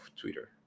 Twitter